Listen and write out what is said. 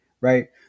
right